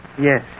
Yes